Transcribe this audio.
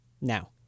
Now